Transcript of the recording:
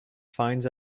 finds